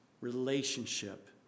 relationship